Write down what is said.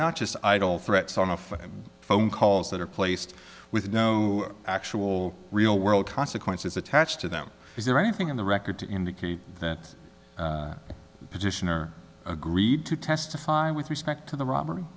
not just idle threats on a flip phone calls that are placed with no actual real world consequences attached to them is there anything on the record to indicate that position or agreed to testify with respect to the robbery